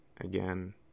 again